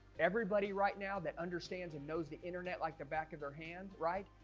everybody right now that understands and knows the internet like the back of their hand right?